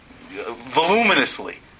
voluminously